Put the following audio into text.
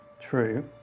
True